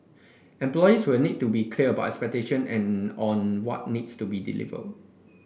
employers will need to be clear about expectation and on what needs to be delivered